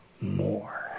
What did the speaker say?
more